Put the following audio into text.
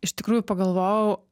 iš tikrųjų pagalvojau